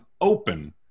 open